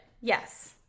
Yes